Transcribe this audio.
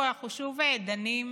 בלי לחשוב על מה שיקרה יום אחרי